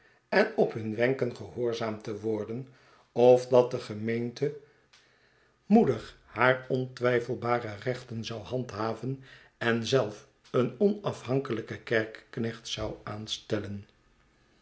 en op hun wenken gehoorzaamd te worden of dat de gemeente moedig haar ontwijfelbare rechten zoude handhaven en zelf een onafhankelijken kerkeknecht zou aanstellen